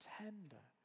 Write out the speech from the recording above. tender